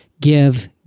give